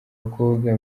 bakobwa